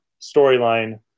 storyline